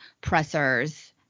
pressers